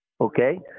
Okay